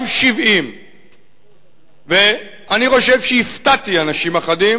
גם 70. ואני חושב שהפתעתי אנשים אחדים